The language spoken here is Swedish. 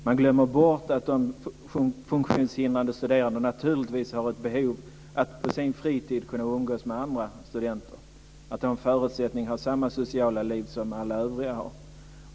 Man glömmer bort att de funktionshindrade studerande naturligtvis har ett behov av att på sin fritid kunna umgås med andra studenter. De ska ha förutsättning till samma sociala liv som alla övriga har.